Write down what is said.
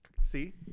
See